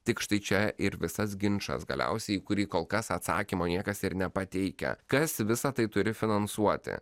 tik štai čia ir visas ginčas galiausiai į kurį kol kas atsakymo niekas ir nepateikia kas visa tai turi finansuoti